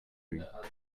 ging